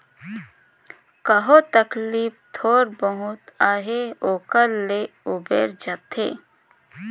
कहो तकलीफ थोर बहुत अहे ओकर ले उबेर जाथे